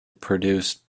produced